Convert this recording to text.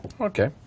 Okay